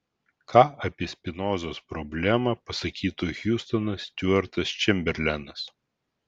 ką apie spinozos problemą pasakytų hiustonas stiuartas čemberlenas